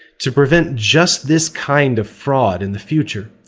to prevent just this kind of fraud in the future,